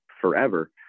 forever